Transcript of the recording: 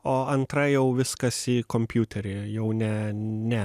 o antra jau viskas į kompiuterį jau ne ne